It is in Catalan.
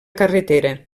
carretera